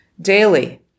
daily